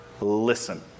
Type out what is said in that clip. listen